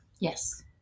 yes